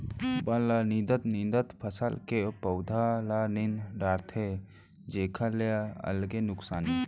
बन ल निंदत निंदत फसल के पउधा ल नींद डारथे जेखर ले अलगे नुकसानी